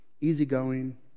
easygoing